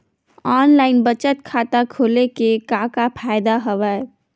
online बचत खाता खोले के का का फ़ायदा हवय